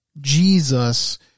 Jesus